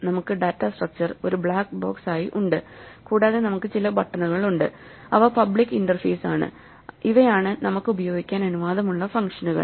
നമുക്ക് data structure ഒരു black ബോക്സായി ഉണ്ട് കൂടാതെ നമുക്ക് ചില ബട്ടണുകൾ ഉണ്ട് അവ പബ്ലിക് ഇന്റർഫേസാണ് ഇവയാണ് നമുക്ക് ഉപയോഗിക്കാൻ അനുവാദമുള്ള ഫംഗ്ഷനുകൾ